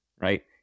right